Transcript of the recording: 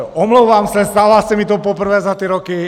Omlouvám se, stává se mi to poprvé za ty roky.